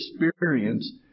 experience